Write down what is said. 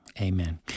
Amen